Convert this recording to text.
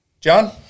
John